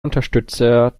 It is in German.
unterstützer